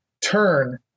turn